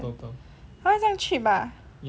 !huh! 这样 cheap ah